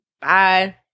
Bye